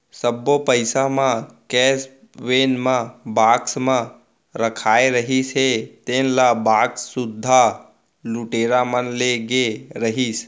सब्बो पइसा म कैस वेन म बक्सा म रखाए रहिस हे तेन ल बक्सा सुद्धा लुटेरा मन ले गे रहिस